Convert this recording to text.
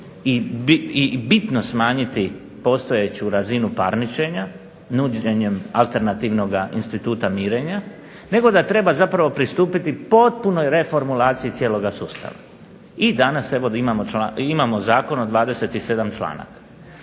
i bitno smanjiti postojeću razinu parničenja nuđenjem alternativnog instituta mirenja nego da treba zapravo pristupiti potpunoj reformulaciji cijeloga sustava. I danas evo imamo zakon od 27 članaka.